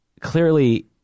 clearly